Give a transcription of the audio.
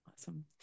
Awesome